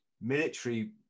military